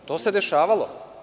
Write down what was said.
To se dešavalo.